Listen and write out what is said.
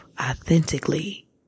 authentically